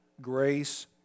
grace